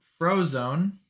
frozone